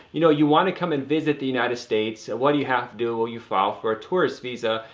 you know, you want to come and visit the united states and what do you have to do? will you file for a tourist visa?